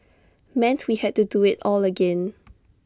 meant we had to do IT all again